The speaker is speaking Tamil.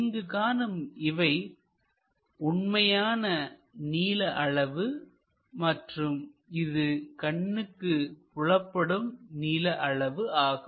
இங்கு காணும் இவை உண்மையான நீள அளவு மற்றும் இது கண்ணுக்கு புலப்படும் நீள அளவு ஆகும்